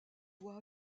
voix